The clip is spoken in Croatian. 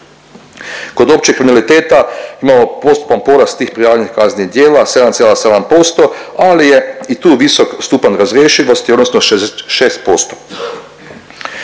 Kod općeg kriminaliteta imamo postupan porast tih prijavljenih kaznenih djela 7,7% ali je i tu visok stupanj razrješivosti odnosno 6%.